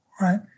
right